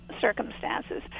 circumstances